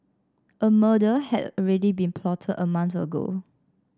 a murder had already been plotted a month ago